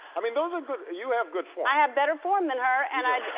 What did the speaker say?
i mean those are good, you have good form. i have better form than her and i.